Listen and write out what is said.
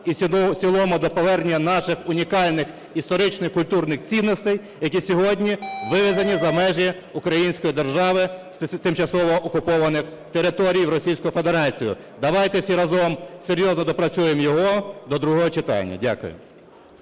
в цілому до повернення наших унікальних історичних і культурних цінностей, які сьогодні вивезені за межі української держави з тимчасово окупованих територій в Російську Федерацію. Давайте всі разом серйозно доопрацюємо його до другого читання. Дякую.